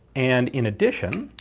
and in addition,